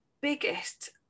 biggest